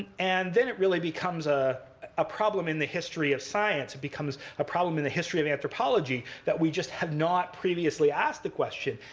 and then it really becomes ah a problem in the history of science. it becomes a problem in the history of anthropology that we just have not previously asked the question.